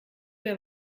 wir